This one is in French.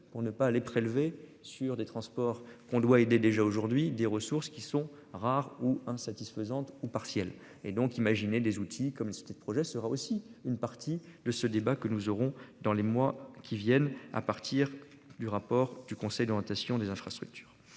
pour ne pas aller prélever sur des transports qu'on doit aider déjà aujourd'hui des ressources qui sont rares ou un satisfaisante ou partiel et donc imaginer des outils comme le souhaitait le projet sera aussi une partie. Le ce débat que nous aurons dans les mois qui viennent à partir du rapport du conseil d'orientation des infrastructures.